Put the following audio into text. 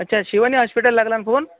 अच्छा शिवानी हॉश्पिटल लागला ना फोन